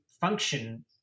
function